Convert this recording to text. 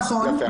נכון.